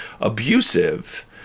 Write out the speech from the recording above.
abusive